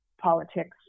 politics